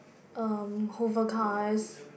um hover cars